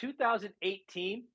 2018